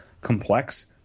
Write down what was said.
complex